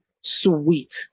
sweet